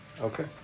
Okay